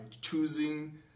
choosing